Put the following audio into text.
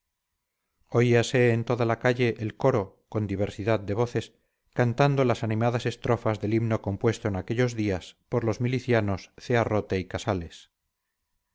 estribor oíase en toda la calle el coro con diversidad de voces cantando las animadas estrofas del himno compuesto en aquellos días por los milicianos zearrote y casales